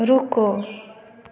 रुको